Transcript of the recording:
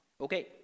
Okay